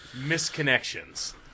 misconnections